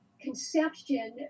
conception